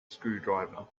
screwdriver